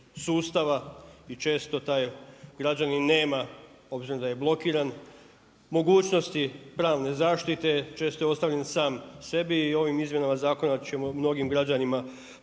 sustava i često taj građanin nema obzirom da je blokiran mogućnosti pravne zaštite, često je ostavljen sam sebi i ovim izmjenama zakona ćemo mnogim građanima